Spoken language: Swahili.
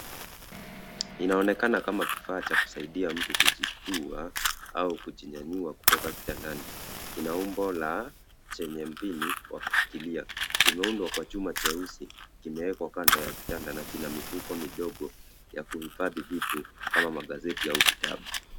Inaonekana kama kifaa cha kusaidia mtu kujitua au kujinyanyua kutoka kitandani. Kina umbo la chenye mpini cha kushikilia. Kimeundwa kwa chuma cheusi. Kimeekwa kando ya kitanda na kina mifuko midogo ya kuhifadhi vitu kama magazeti au vitabu.